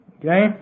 Okay